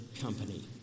company